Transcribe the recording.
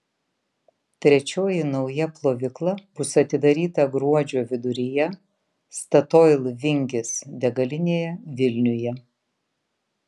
trečioji nauja plovykla bus atidaryta gruodžio viduryje statoil vingis degalinėje vilniuje